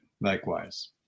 Likewise